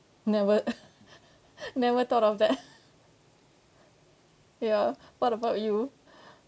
never never thought of that ya what about you